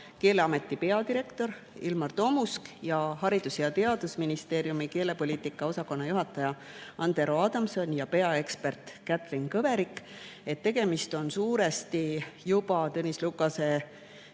Keeleameti peadirektor Ilmar Tomusk ning Haridus‑ ja Teadusministeeriumi keelepoliitika osakonna juhataja Andero Adamson ja peaekspert Kätlin Kõverik, et tegemist on suuresti juba Tõnis Lukase